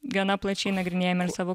gana plačiai nagrinėjame savo